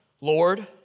Lord